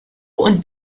und